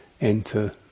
enter